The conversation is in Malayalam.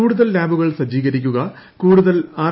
കൂടുതൽ ലാബുകൾ സജ്ജീകരിക്കുക കൂടുതൽ ആർ